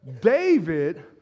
David